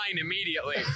immediately